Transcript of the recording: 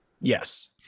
Yes